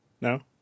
No